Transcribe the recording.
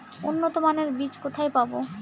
উন্নতমানের বীজ কোথায় পাব?